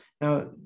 Now